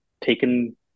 taken